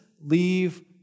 leave